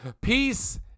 Peace